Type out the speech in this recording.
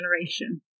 generation